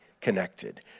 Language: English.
connected